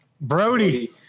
Brody